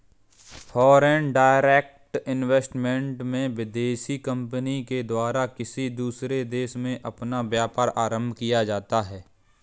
foreign direct investment में विदेशी company के द्वारा किसी दूसरे देश में अपना व्यापार आरंभ किया जाता है